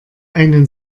einen